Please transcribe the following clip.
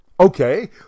Okay